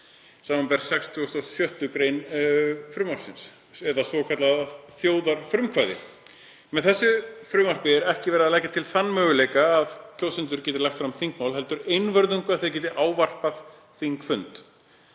samanber 66. gr. frumvarpsins, eða svokallað þjóðarfrumkvæði. Með þessu frumvarpi er ekki verið að leggja til þann möguleika að kjósendur geti lagt fram þingmál heldur einvörðungu að þeir geti ávarpað þingfund.